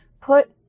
put